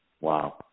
Wow